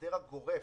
להסדר הגורף.